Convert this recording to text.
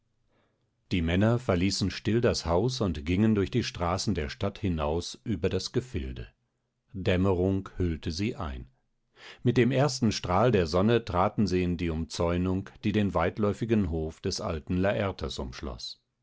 die männer verließen still das haus und gingen durch die straßen der stadt hinaus über das gefilde dämmerung hüllte sie ein mit dem ersten strahl der sonne traten sie in die umzäunung die den weitläufigen hof des alten